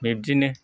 बिब्दिनो